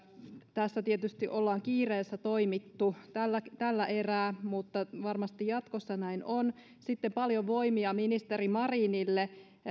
tässä tietysti ollaan kiireessä toimittu tällä erää mutta varmasti jatkossa näin on paljon voimia ministeri marinille